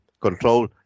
control